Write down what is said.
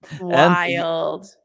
Wild